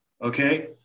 Okay